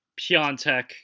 Piontek